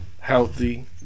healthy